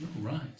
Right